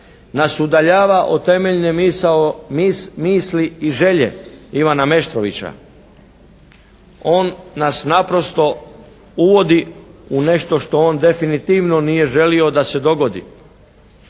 nas udaljava od temeljne misli i želje Ivana Meštrovića. On nas naprosto uvodi u nešto što on definitivno nije želio da se dogodi.